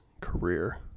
career